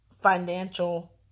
financial